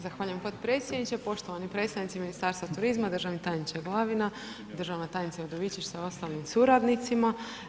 Zahvaljujem podpredsjedniče, poštovani predstavnici Ministarstva turizma, državni tajniče Glavina, državna tajnice Udovičić sa ostalim suradnicima.